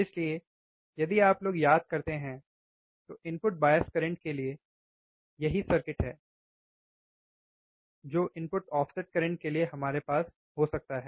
इसलिए यदि आप लोग याद करते हैं तो इनपुट बायस करंट के लिए सर्किट वही सर्किट है जो इनपुट ऑफसेट करंट के लिए हमारे पास हो सकता है